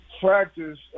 practice